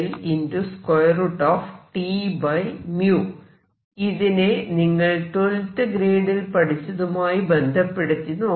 അപ്പോൾ ഇതിനെ നിങ്ങൾ 12th ഗ്രേഡിൽ പഠിച്ചതുമായി ബന്ധപ്പെടുത്തി നോക്കാം